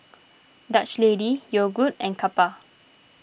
Dutch Lady Yogood and Kappa